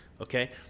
okay